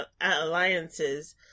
alliances